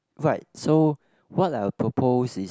right so what I'll propose is